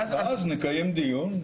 ואז נקיים דיון.